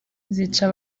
zica